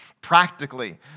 Practically